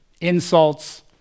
insults